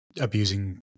abusing